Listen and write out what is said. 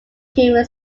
human